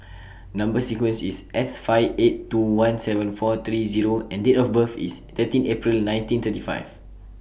Number sequence IS S five eight two one seven four three U and Date of birth IS thirteen April nineteen thirty five